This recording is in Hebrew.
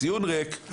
הציון ריק,